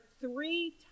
three